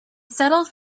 settled